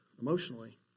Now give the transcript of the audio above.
emotionally